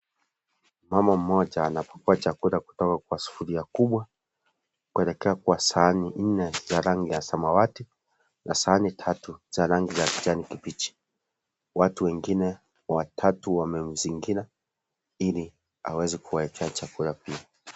Mama mmoja anapakua chakula kutoka kwa sufuria kubwa kuelekea kwa sahani nne za rangi ya samawati na sahani tatu za rangi ya kijani kibichi. Watu wengine watatu wamemzingira ili aweze kuwawekea chakula pia.